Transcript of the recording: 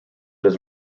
his